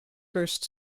first